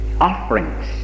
offerings